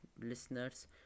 listeners